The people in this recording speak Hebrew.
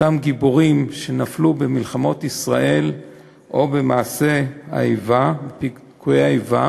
אותם גיבורים שנפלו במלחמות ישראל או בפיגועי איבה,